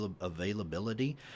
availability